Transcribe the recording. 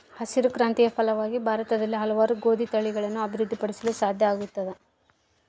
ಹಸಿರು ಕ್ರಾಂತಿಯ ಫಲವಾಗಿ ಭಾರತದಲ್ಲಿ ಹಲವಾರು ಗೋದಿ ತಳಿಗಳನ್ನು ಅಭಿವೃದ್ಧಿ ಪಡಿಸಲು ಸಾಧ್ಯ ಆಗ್ಯದ